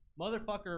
motherfucker